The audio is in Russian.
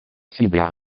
себя